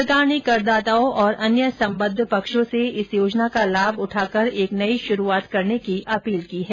सरकार ने करदाताओं और अन्य सम्बद्ध पक्षों से इस योजना का लाभ उठाकर एक नयी शुरूआत करने की अपील की है